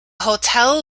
hotel